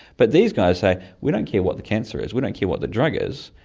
but these guys say we don't care what the cancer is, we don't care what the drug is,